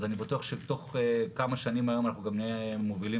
אז אני בטוח שתוך כמה שנים אנחנו גם נהיה מובילים